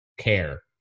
Care